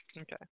Okay